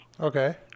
Okay